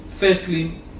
Firstly